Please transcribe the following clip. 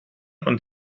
und